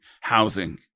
housing